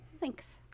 Thanks